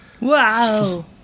wow